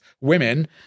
women